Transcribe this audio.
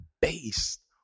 based